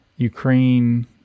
Ukraine